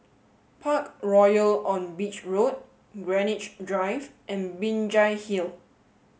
Parkroyal on Beach Road Greenwich Drive and Binjai Hill